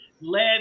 led